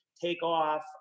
takeoff